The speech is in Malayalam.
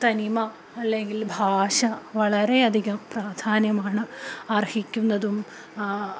തനിമ അല്ലെങ്കിൽ ഭാഷ വളരെയധികം പ്രാധാന്യമാണ് അർഹിക്കുന്നതും